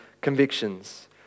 convictions